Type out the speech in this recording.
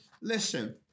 Listen